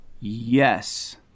Yes